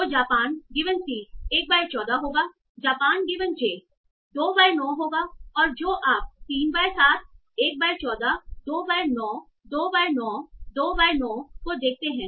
तो जापान given c 1 by 14 होगाजापान गिवेन j 2 बाय 9 होगा और जो आप 3 by 7 1 by 14 2 by 9 2 by 9 2 by 9 को देखते हैं